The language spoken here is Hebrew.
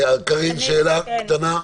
קארין, שאלה קטנה.